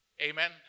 Amen